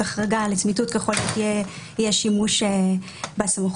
זאת החרגה לצמיתות ככל שיהיה שימוש בסמכות.